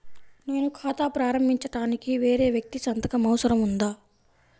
నేను ఖాతా ప్రారంభించటానికి వేరే వ్యక్తి సంతకం అవసరం ఉందా?